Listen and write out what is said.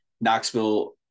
Knoxville